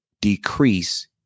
decrease